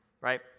right